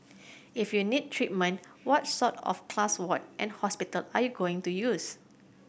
if you need treatment what sort of class ward and hospital are you going to use